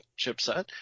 chipset